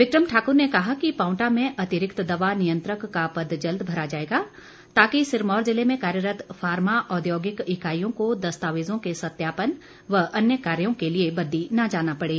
विक्रम ठाक्र ने कहा कि पावंटा में अतिरिक्त दवा नियंत्रक का पद जल्द भरा जाएगा ताकि सिरमौर जिले में कार्यरत फार्मा औद्योगिक इकाईयों को दस्तावेजों के सत्यापन व अन्य कार्यों के लिए बददी न जाना पड़े